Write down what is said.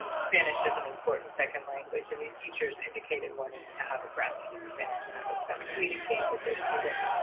um spanish is an important second language, and these teachers indicated wanting to have a grounding in spanish to help them communicate with their students.